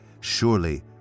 Surely